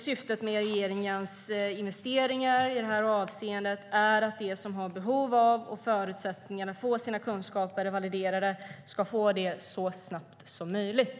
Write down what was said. Syftet med regeringens investeringar i det här avseendet är att de som har behov av och förutsättningar för att få sina kunskaper validerade ska få det så snabbt som möjligt.